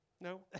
No